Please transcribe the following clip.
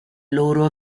loro